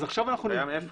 קיים איפה?